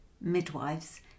midwives